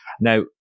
now